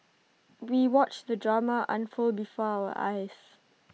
we watched the drama unfold before our eyes